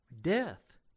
Death